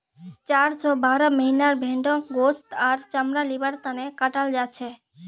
चार स बारह महीनार भेंड़क गोस्त आर चमड़ा लिबार तने कटाल जाछेक